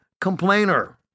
complainer